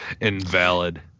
invalid